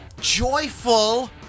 joyful